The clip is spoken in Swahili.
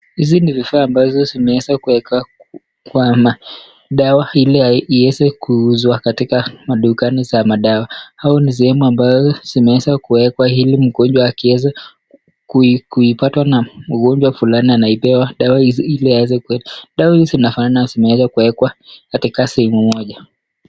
Hizi ni vifaa ambazo zimeweza kuwekwa kwa madawa ili ieze kuuzwa katika madukani za madawa au ni sehemu ambazo zimeweza kuekwa ili mgonjwa akieza kuipatwa na mgonjwa fulani anaipewa dawa hizi ili aeze . Dawa hizi zinafanana zimeweza kuwekwa katika sehemu moja.